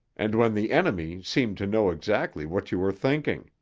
and when the enemy seemed to know exactly what you were thinking.